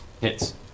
Hits